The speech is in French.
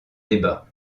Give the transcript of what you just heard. débat